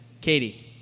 Katie